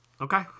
Okay